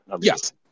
Yes